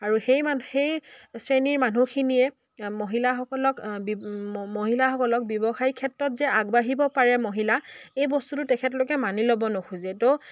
আৰু সেই মানুহ সেই শ্ৰেণীৰ মানুহখিনিয়ে মহিলাসকলক মহিলাসকলক ব্যৱসায় ক্ষেত্ৰত যে আগবাঢ়িব পাৰে মহিলা এই বস্তুটো তেখেতলোকে মানি ল'ব নোখোজে তো